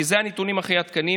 כי אלו הנתונים הכי עדכניים,